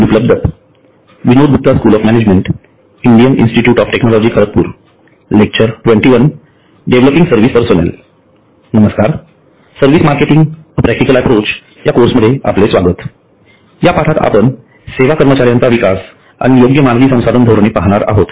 नमस्कार service marketing a practical approach या course मध्ये आपले स्वागत या पाठात आपण सेवा कर्मचाऱ्यांचा विकास आणि योग्य मानवी संसाधन धोरणे पाहणार आहोत